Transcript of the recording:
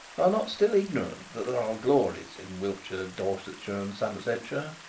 are not still ignorant that there are glories in wiltshire, dorsetshire and somersetshire.